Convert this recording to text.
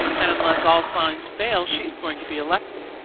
and unless all signs fail, she is going to be elected.